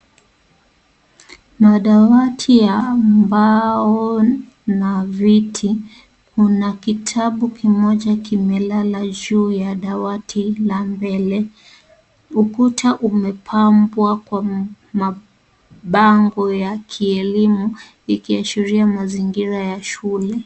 Madawati ya mbao na viti, kuna kitabu kimoja kimelala juu ya dawati la mbele. Ukuta umepambwa kwa mabango ya kielimu ikiashiria mazingira ya shule.